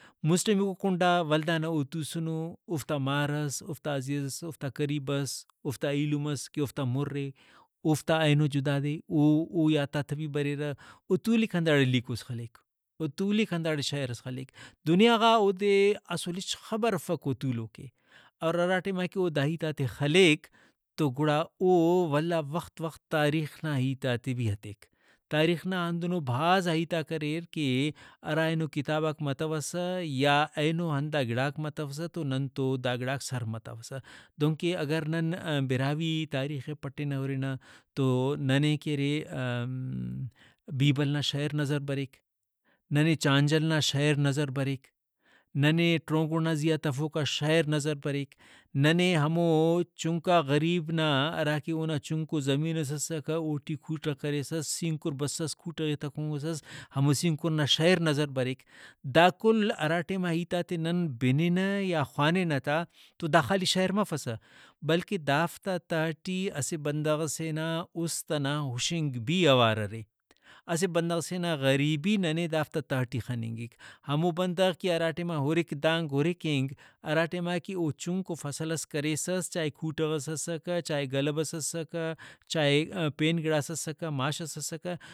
مُسٹمیکو کنڈا ولدانا او توسنو اوفتا مار ئس اوفتا عزیز ئس اوفتا قریب ئس اوفتا ایلم ئس کہ اوفتان مُر اے اوفتا اینو جدا دے او اویاتاتہ بھی بریرہ او تولک ہنداڑے لیکوس خلیک او تولک ہنداڑے شیئر ئس خلیک دنیا غا اودے اسل ہچ خبر افک او تولوکے اور ہرا ٹائماکہ او دا ہیتاتے خلیک تو گڑا او ولدا وخت وخت تاریخ نا ہیتاتے بھی ہتیک تاریخ نا ہندنو بھازا ہیتاک اریر کہ ہرا اینو کتاباک متوسہ یا اینو ہندا گڑاک متوسہ تو نن تو داگڑاک سر متوسہ دہنکہ اگر نن براہوئی تاریخ ئے پٹینہ ہُرنہ تو ننے کہ ارے بیبل نا شیئر نا نظر بریک ننے چانجل نا شیئر نظر بریک ننے ٹرونگڑ نا زیہا تفوکا شئیر نظر بریک ننے ہمو چُنکا غریب نا ہراکہ اونا چُنکو زمین ئس اسکہ اوٹی کوٹغ کریسس سینکُر بسس کوٹغ ئے تہ کُنگسس ہمو سینکُر نا شیئر نظر بریک ۔دا کل ہراٹائما ہیتاتے نن بننہ یا خواننہ تا تو دا خالی شیئر مفسہ بلکہ دافتا تہٹی اسہ بندغ ئسے نا اُست ئنا ہُشنگ بھی اوار ارے اسہ بندغ سے نا غریبی ننے دافتا تہٹی خننگک ہمو بندغ کہ ہرا ٹائما ہُرک دانگ ہُرک اینگ ہرا ٹائما کہ او چُنکو فصل ئس کریسس چائے کوٹغ ئس اسکہ چائے گلو ئس اسکہ چائے پین گڑاس اسکہ ماش ئس اسکہ